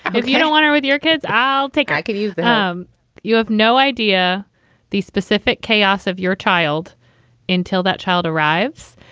if you don't want to with your kids, i'll take i could you. you have no idea these specific chaos of your child until that child arrives.